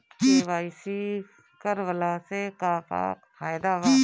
KYC करवला से का का फायदा बा?